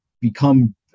become